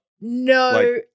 no